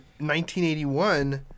1981